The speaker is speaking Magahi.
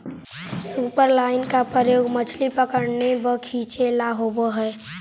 सुपरलाइन का प्रयोग मछली पकड़ने व खींचे ला होव हई